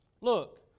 Look